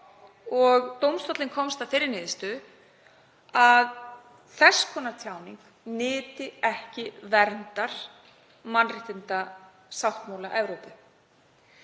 Dómstóllinn komst að þeirri niðurstöðu að þess konar tjáning nyti ekki verndar mannréttindasáttmála Evrópu.